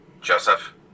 Joseph